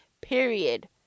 Period